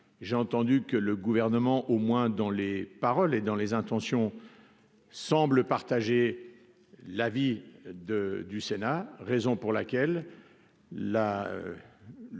j'ai entendu que le gouvernement, au moins dans les paroles et dans les intentions semblent partager l'avis de du Sénat, raison pour laquelle la